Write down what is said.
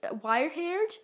wire-haired